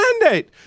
mandate